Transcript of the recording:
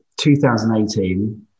2018